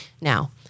now